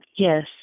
Yes